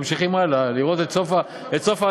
ממשיכים לראות את סוף העלילה,